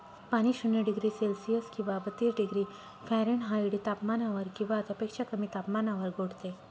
पाणी शून्य degree Celsius किंवा बत्तीस डिग्री फॅरेनहाईट तापमानावर किंवा त्यापेक्षा कमी तापमानावर गोठते